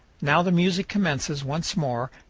now the music commences once more,